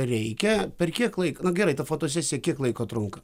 reikia per kiek laiko na gerai ta fotosesija kiek laiko trunka